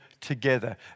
together